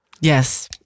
Yes